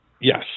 Yes